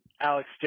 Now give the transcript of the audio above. Alex